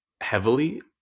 heavily